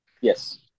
yes